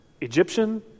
Egyptian